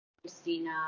Christina